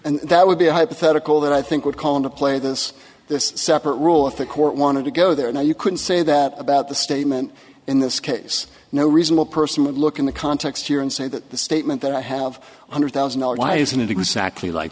and that would be a hypothetical that i think would call into play this this separate rule if the court wanted to go there now you could say that about the statement in this case no reasonable person would look in the context here and say that the statement that i have one hundred thousand dollars why isn't it exactly like